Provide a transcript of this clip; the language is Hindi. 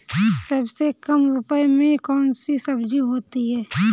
सबसे कम रुपये में कौन सी सब्जी होती है?